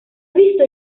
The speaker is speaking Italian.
visto